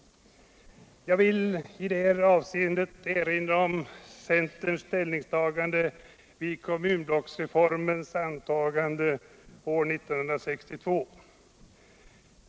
Jag vill i detta avseende erinra om centerns ställningstagande vid kommunblocksreformens antagande år 1962.